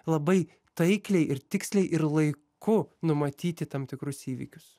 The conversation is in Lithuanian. labai taikliai ir tiksliai ir laiku numatyti tam tikrus įvykius